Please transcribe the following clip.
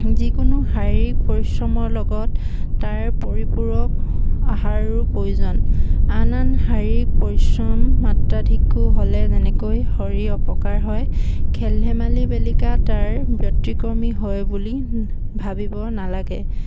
যিকোনো শাৰীৰিক পৰিশ্ৰমৰ লগত তাৰ পৰিপূৰক আহাৰৰো প্ৰয়োজন আন আন শাৰীৰিক পৰিশ্ৰম মাত্ৰাাধিকো হ'লে যেনেকৈ শৰীৰ অপকাৰ হয় খেল ধেমালি বেলিকা তাৰ ব্যক্তিক্ৰমী হয় বুলি ভাবিব নালাগে